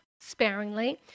sparingly